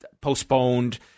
postponed